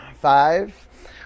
Five